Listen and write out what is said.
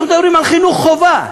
אנחנו מדברים על חינוך חובה,